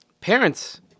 Parents